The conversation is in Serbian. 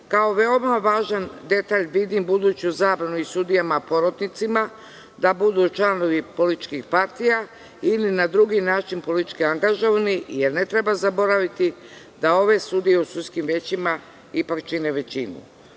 veoma važan detalj vidim buduću zabranu i sudijama porotnicima da budu članovi političkih partija, ili na drugi način politički angažovani, jer ne treba zaboraviti da ove sudije u sudskim većima ipak čine većinu. Novim